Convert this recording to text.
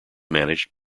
managed